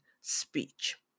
speech